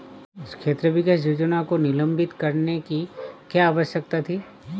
क्षेत्र विकास योजना को निलंबित करने की क्या आवश्यकता थी?